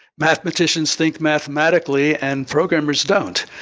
mathematicians think mathematically, and programmers don't.